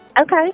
Okay